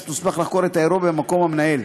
שתוסמך לחקור את האירוע במקום המנהל.